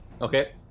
Okay